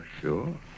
sure